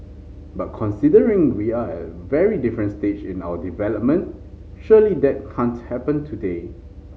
but considering we are at a very different stage in our development surely that can't happen today